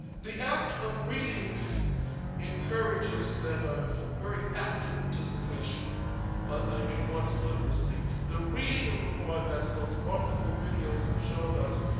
the act of reading encourages then a very active participation ah in one's literacy. the reading of a poem, as those wonderful videos have shown us,